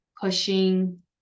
pushing